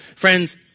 friends